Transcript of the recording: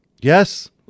Yes